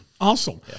Awesome